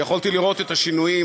ויכולתי לראות את השינויים,